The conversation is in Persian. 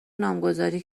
نامگذاری